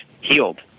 healed